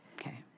Okay